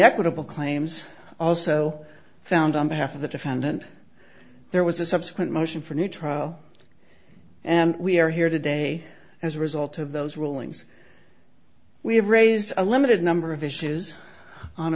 equitable claims also found on behalf of the defendant there was a subsequent motion for a new trial and we are here today as a result of those rulings we have raised a limited number of issues on